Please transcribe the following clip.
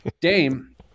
Dame